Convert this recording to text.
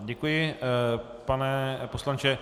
Děkuji, pane poslanče.